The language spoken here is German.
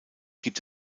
gibt